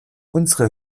unsere